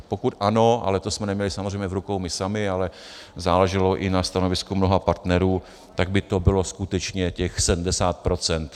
Pokud ano, ale to jsme neměli samozřejmě v rukou my sami, ale záleželo i na stanovisku mnoha partnerů, tak by to bylo skutečně těch 70 %.